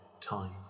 time